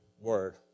word